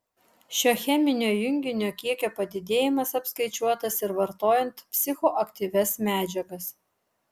šio cheminio junginio kiekio padidėjimas apskaičiuotas ir vartojant psichoaktyvias medžiagas